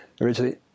originally